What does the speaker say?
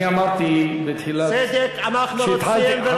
אני אמרתי בתחילת, צדק אנחנו רוצים ולא צדקה.